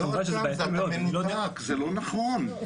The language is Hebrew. אתה מנותק, זה לא נכון.